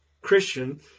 Christian